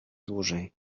dłużej